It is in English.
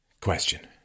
question